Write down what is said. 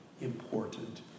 important